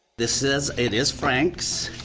this says it is frank's.